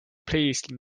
please